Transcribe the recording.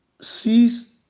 sees